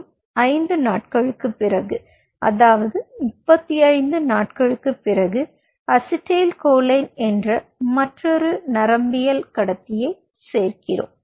மற்றும் 5 நாட்களுக்குப் பிறகு அதாவது 35 நாட்களுக்குப் பிறகு அசிடைல்கோலின் என்ற மற்றொரு நரம்பியக்கடத்தியைச் சேர்க்கிறோம்